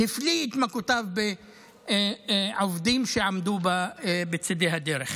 הפליא את מכותיו בעובדים שעמדו בצידי הדרך.